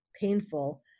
painful